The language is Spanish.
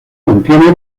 contiene